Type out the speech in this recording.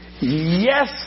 Yes